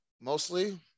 mostly